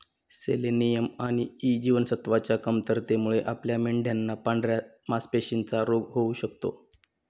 selenium आणि E जीवनसत्वच्या कमतरतेमुळे आपल्या मेंढयांना पांढऱ्या मासपेशींचा रोग होऊ शकतो